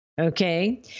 Okay